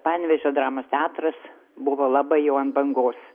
panevėžio dramos teatras buvo labai jau ant bangos